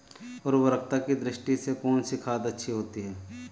उर्वरकता की दृष्टि से कौनसी खाद अच्छी होती है?